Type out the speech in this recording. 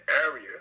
area